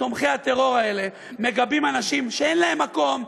תומכי הטרור האלה מגבים אנשים שאין להם מקום,